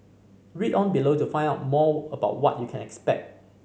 read on below to find out more about what you can expect